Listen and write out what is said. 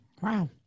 Wow